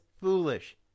foolish